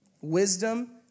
Wisdom